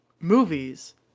movies